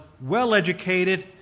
well-educated